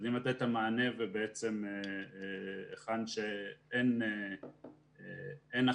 משתדלים לתת את המענה ובעצם היכן שאין הכרעה,